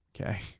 okay